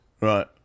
Right